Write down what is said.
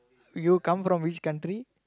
you come from which country